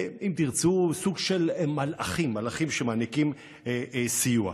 אם תרצו, סוג של מלאכים, מלאכים שמעניקים סיוע.